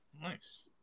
Nice